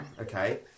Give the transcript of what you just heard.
okay